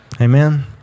Amen